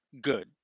good